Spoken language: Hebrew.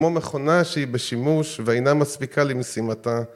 ‫כמו מכונה שהיא בשימוש ‫ואינה מספיקה למשימתה.